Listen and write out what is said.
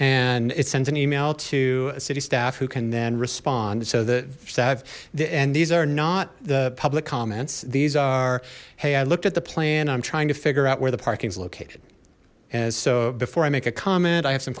and it sends an email to a city staff who can then respond so the that and these are not the public comments these are hey i looked at the plan i'm trying to figure out where the parking is located and so before i make a comment i have some